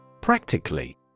Practically